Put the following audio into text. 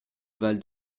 val